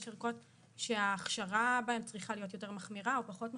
יש ערכות שההכשרה בהן צריכה להיות יותר מחמירה או פחות מחמירה,